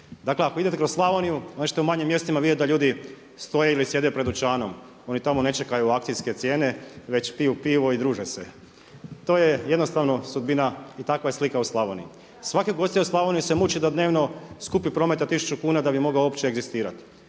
Dakle ako idete kroz Slavoniju onda ćete u manjim mjestima vidjeti da ljudi stoje ili sjede pred dućanom, oni tamo ne čekaju akcijske cijene već piju pivo i druže se. To je jednostavno sudbina i takva je slika u Slavoniji. Svaki ugostitelj u Slavoniji se muči da dnevno skupi prometa tisuću kuna da bi mogao uopće egzistirati.